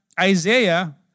Isaiah